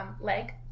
leg